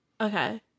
Okay